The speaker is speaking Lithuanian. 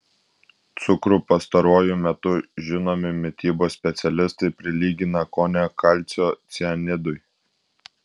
cukrų pastaruoju metu žinomi mitybos specialistai prilygina kone kalcio cianidui